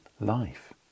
life